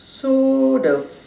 so the